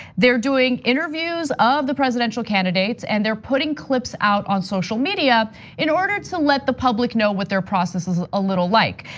they're doing interviews of the presidential candidates and they're putting clips out on social media in order to let the public know what their process is a little like.